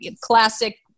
classic